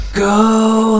Go